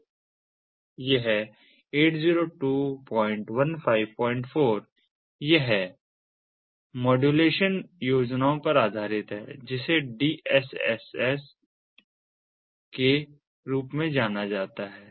तो यह 802154 यह मॉड्यूलेशन योजनाओं पर आधारित है जिसे DSSSडायरेक्ट सीक्वेंस स्प्रेड स्पेक्ट्रम तकनीक के रूप में जाना जाता है